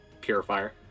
purifier